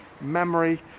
memory